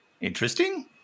interesting